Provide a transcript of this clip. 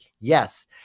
yes